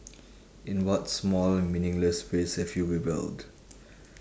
in what small meaningless ways have you rebelled